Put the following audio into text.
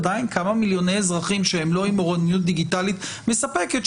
עדיין כמה מיליוני אזרחים שהם לא עם אוריינות דיגיטלית מספקת,